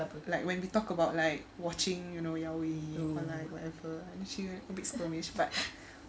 like when we talk about like watching you know ya wey or like whatever she's like a bit squirmish but